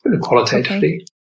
qualitatively